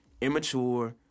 immature